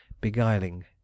Beguiling